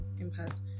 impact